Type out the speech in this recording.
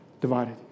divided